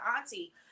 auntie